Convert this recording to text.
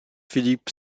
phillip